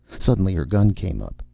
suddenly her gun came up.